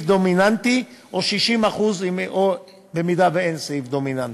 דומיננטי או 60% במידה שאין סעיף דומיננטי.